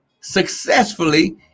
successfully